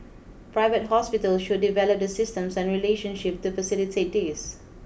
private hospitals should develop the systems and relationships to facilitate this